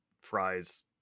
fries